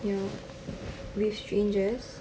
you know with strangers